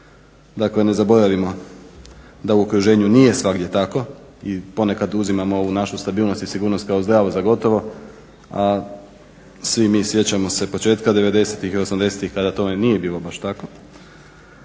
Dakle, ne zaboravimo da u okruženju nije svagdje tako. I ponekad uzimamo ovu našu stabilnost i sigurnost kao zdravo za gotovo, a svi mi sjećamo se početka '90.-tih i '80.-tih kada tome nije baš bilo tako.